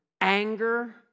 anger